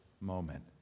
moment